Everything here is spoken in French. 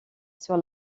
sur